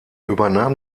übernahm